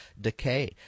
decay